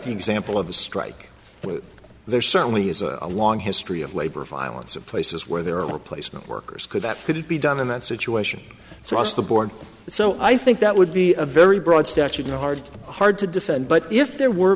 the example of a strike but there certainly is a long history of labor violence in places where there are replacement workers could that couldn't be done in that situation so i guess the board so i think that would be a very broad statute and hard hard to defend but if there were